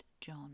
John